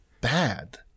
bad